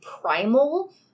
primal